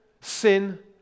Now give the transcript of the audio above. sin